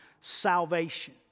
salvation